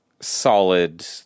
solid